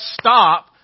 stop